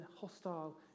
hostile